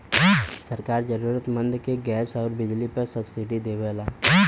सरकार जरुरतमंद के गैस आउर बिजली पर सब्सिडी देवला